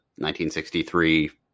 1963